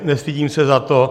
Nestydím se za to.